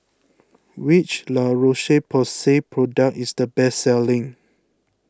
which La Roche Porsay product is the best selling